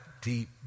deep